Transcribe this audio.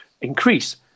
increase